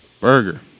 Burger